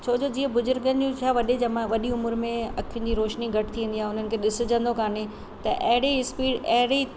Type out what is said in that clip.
छो जो जीअं बुजुर्गनि जो छा वॾे जमा वॾी उमिरि में अखियुनि जी रोशनी घटि थी वेंदी आहे उन्हनि खे ॾिसजंदो काने त अहिड़ी स्पीड अहिड़ी